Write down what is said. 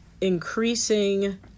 increasing